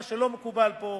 מה שלא מקובל פה,